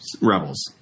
Rebels